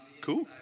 Cool